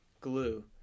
glue